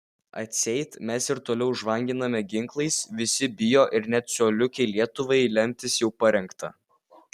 atseit mes ir toliau žvanginame ginklais visi bijo ir net coliukei lietuvai lemtis jau parengta